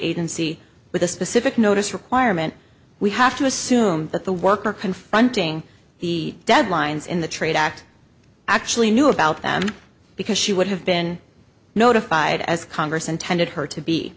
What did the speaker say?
agency with a specific notice requirement we have to assume that the worker confronting the deadlines in the trade act actually knew about them because she would have been notified as congress intended her to